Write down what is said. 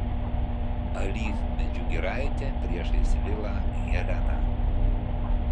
alyvmedžių giraitė priešais vilą helena